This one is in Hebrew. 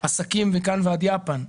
עסקים מכאן ועד יפן,